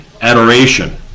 adoration